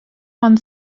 ond